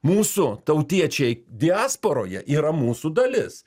mūsų tautiečiai diasporoje yra mūsų dalis